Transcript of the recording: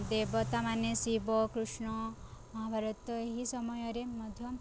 ଦେବତା ମାନେ ଶିବ କୃଷ୍ଣ ମହାଭାରତ ଏହି ସମୟରେ ମଧ୍ୟ